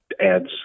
adds